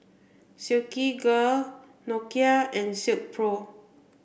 Silkygirl Nokia and Silkpro